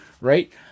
Right